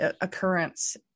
occurrence